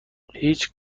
هیچ